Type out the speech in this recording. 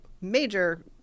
major